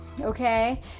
okay